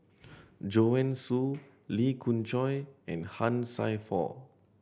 Joanne Soo Lee Khoon Choy and Han Sai Por